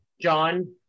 John